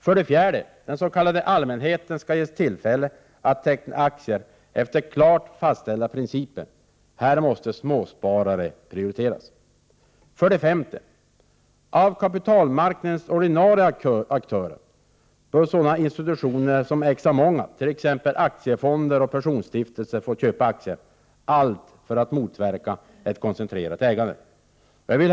4, Den s.k. allmänheten skall ges tillfälle att teckna aktier efter klart fastställda principer. Småsparare måste prioriteras. 5. Av kapitalmarknadens ordinarie aktörer bör sådana institutioner som ägs av många, t.ex. aktiefonder och pensionsstiftelser, få köpa aktier — allt för att motverka ett koncentrerat ägande. Herr talman!